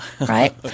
Right